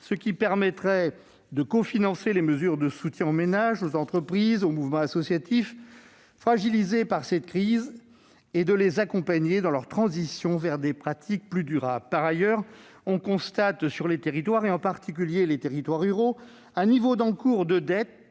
Cela permettrait de cofinancer les mesures de soutien aux ménages, aux entreprises et aux mouvements associatifs fragilisés par cette crise et de les accompagner dans leur transition vers des pratiques plus durables. Par ailleurs, on constate dans les territoires, en particulier ruraux, un niveau d'encours de dette